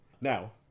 now